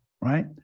right